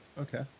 Okay